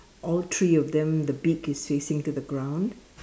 all three of them the beak is facing to the ground